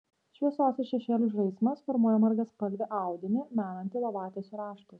šviesos ir šešėlių žaismas formuoja margaspalvį audinį menantį lovatiesių raštus